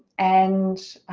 and